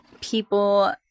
people